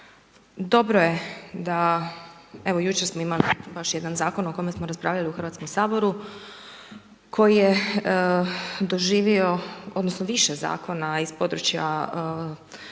Dobro je da, evo jučer smo imali baš jedan zakon o kojem smo raspravljali u Hrvatskom saboru, koji je doživio, odnosno, više zakona iz područja